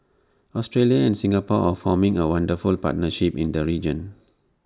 Australia and Singapore are forming A wonderful partnership in the region